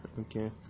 okay